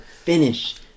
finish